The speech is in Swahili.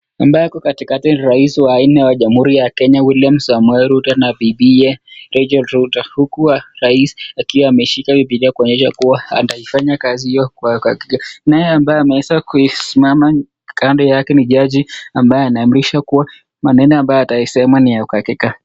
Ambaye ako katikati ni rais wa nne wa jamuhuri ya kenya William samoei ruto na bibie Rechel ruto huku rais akiwa ameshika bibilia kuonyesha kuwa ataifanya kazi hiyo kwa uhakika naye ambaye ameweza kusimama kando yake ni jaji ambaye anaamrisha kuwa maneno ambayo atakayoisema ni ya uhakika.